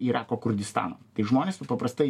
irako kurdistano tai žmonės jau paprastai